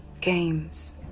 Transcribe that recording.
games